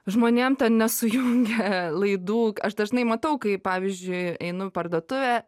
žmonėm nesujungia laidų aš dažnai matau kai pavyzdžiui einu parduotuvę